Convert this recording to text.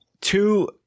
Two